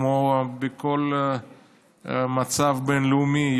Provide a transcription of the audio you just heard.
כמו בכל מצב בין-לאומי,